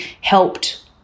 helped